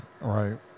right